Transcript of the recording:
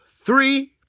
three